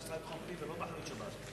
המשרד לביטחון פנים ולא באחריות שב"ס,